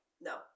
No